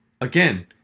again